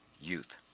youth